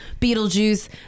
Beetlejuice